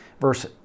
Verse